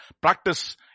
practice